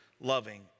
loving